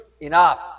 enough